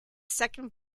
second